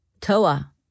Toa